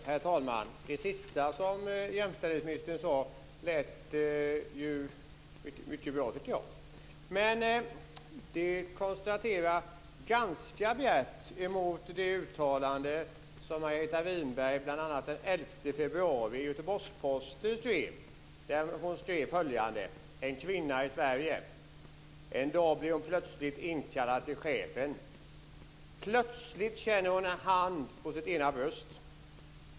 Herr talman! Det sista som jämställdhetsministern sade lät ju mycket bra, tycker jag. Men det kontrasterar ganska bjärt mot det uttalande som Margareta Hon skrev följande: En kvinna i Sverige. En dag blev hon inkallad till chefen. Plötsligt känner hon en hand på sitt ena bröst.